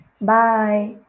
Bye